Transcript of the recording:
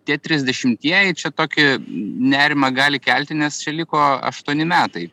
tie trisdešimtieji čia tokį nerimą gali kelti nes čia liko aštuoni metai